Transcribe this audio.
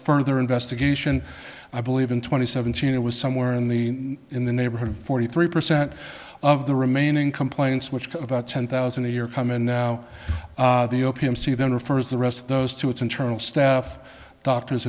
further investigation i believe in twenty seventeen it was somewhere in the in the neighborhood of forty three percent of the remaining complaints which about ten thousand a year come in now the opium c then refers the rest of those to its internal staff doctors